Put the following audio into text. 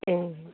ए